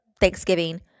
Thanksgiving